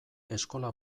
eskola